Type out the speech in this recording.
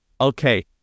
okay